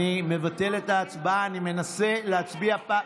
אני מבטל את ההצבעה, אני מנסה להצביע פעם,